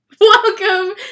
Welcome